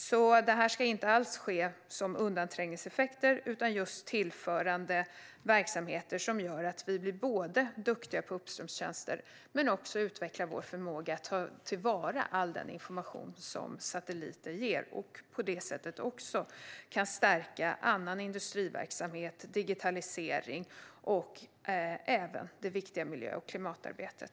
Detta ska alltså inte alls innebära undanträngningseffekter utan vara just tillförande verksamheter som gör att vi både blir duktiga på uppströmstjänster och utvecklar vår förmåga att ta till vara all den information som satelliter ger. På det sättet kan det stärka annan industriverksamhet, digitalisering och även det viktiga miljö och klimatarbetet.